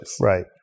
Right